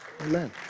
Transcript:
Amen